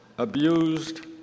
abused